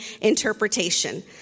interpretation